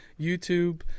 YouTube